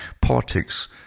Politics